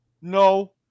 No